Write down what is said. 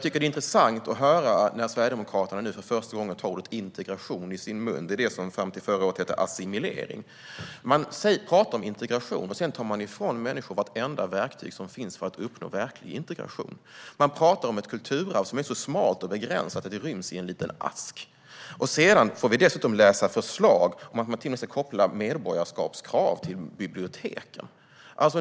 Det är intressant att höra Sverigedemokraterna för första gången ta ordet "integration" i sin mun. Fram till förra året hette det assimilering. De talar om integration men tar sedan ifrån människor vartenda verktyg som finns för att uppnå verklig integration. De talar om ett kulturarv som är så smalt och begränsat att det ryms i en liten ask. Därtill kan vi läsa förslag om att man tydligen ska ha ett medborgarskapskrav kopplat till biblioteken.